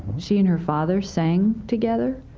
she and her father sang together.